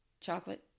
chocolate